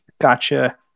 gotcha